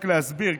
רק להסביר,